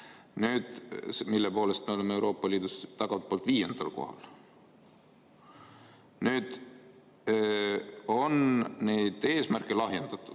tase, mille poolest me oleme Euroopa Liidus tagantpoolt viiendal kohal. Nüüd on neid eesmärke lahjendatud,